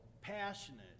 passionate